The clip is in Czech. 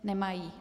Nemají.